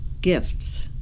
gifts